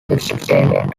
extant